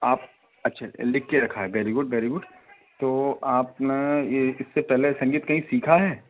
आप अच्छा लिखके रखा है बैरी गुड बैरी गुड तो आप न ये इससे पहले संगीत कहीं सीखा है